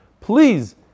please